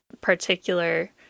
particular